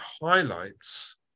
highlights